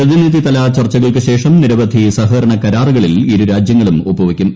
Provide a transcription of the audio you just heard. പ്രതിന്റിധിതല ചർച്ചകൾക്ക് ശേഷം നിരവധി സഹകരണ കരാറുകളിൽ ഇരു് രാജ്യങ്ങളും ഒപ്പുവയ്ക്കും